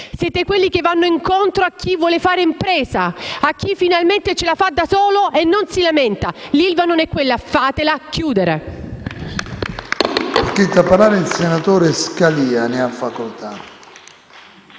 nuovo, quelli che vanno incontro a chi vuole fare impresa, a chi finalmente ce la fa da solo e non si lamenta. L'ILVA non è quella! Fatela chiudere!